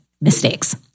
mistakes